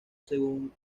según